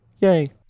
Yay